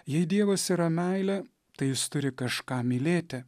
jei dievas yra meilė tai jis turi kažką mylėti